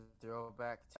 Throwback